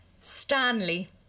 Stanley